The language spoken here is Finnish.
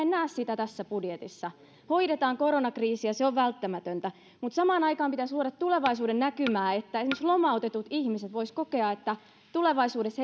näe sitä tässä budjetissa hoidetaan koronakriisiä se on välttämätöntä mutta samaan aikaan pitäisi luoda tulevaisuudennäkymää niin että esimerkiksi lomautetut ihmiset voisivat kokea että tulevaisuudessa